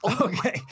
Okay